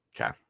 Okay